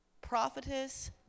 Prophetess